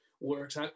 works